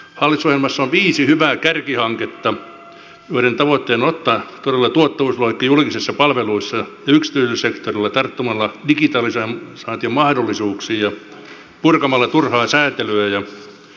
hallitusohjelmassa on viisi hyvää kärkihanketta joiden tavoitteena on ottaa todella tuottavuusloikka julkisissa palveluissa ja yksityisellä sektorilla tarttumalla digitalisaation mahdollisuuksiin ja purkamalla turhaa säätelyä ja byrokratiaa